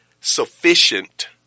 sufficient